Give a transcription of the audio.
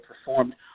performed